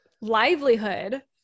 livelihood